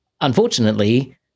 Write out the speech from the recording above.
Unfortunately